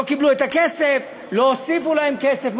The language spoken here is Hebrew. לא קיבלו את הכסף, לא הוסיפו להם כסף.